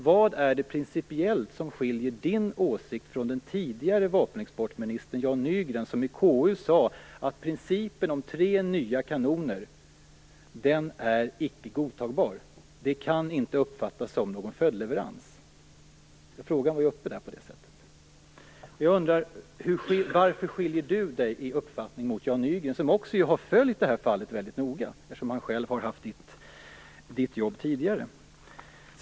Vad är det principiellt som skiljer Leif Pagrotskys åsikt från den tidigare vapenexportministern Jan Nygrens. Han sade i KU att principen om tre nya kanoner icke är godtagbar. Det kan inte uppfattas som en följdleverans. Frågan var uppe på det sättet. Jag undrar: Varför skiljer Leif Pagrotsky sig i uppfattning från Jan Nygren, som också har följt det här fallet mycket noga, eftersom han själv har haft Leif Pagrotskys jobb tidigare.